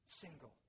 single